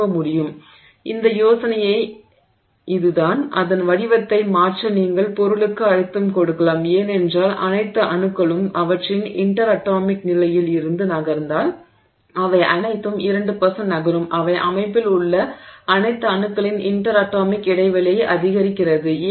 எனவே இந்த யோசனையே இதுதான் அதன் வடிவத்தை மாற்ற நீங்கள் பொருளுக்கு அழுத்தம் கொடுக்கலாம் ஏனென்றால் அனைத்து அணுக்களும் அவற்றின் இன்டெர் அட்டாமிக் நிலையில் இருந்து நகர்ந்தால் அவை அனைத்தும் 2 நகரும் அவை அமைப்பில் உள்ள அனைத்து அணுக்களின் இன்டெர் அட்டாமிக் இடைவெளியை 2 அதிகரிக்கிறது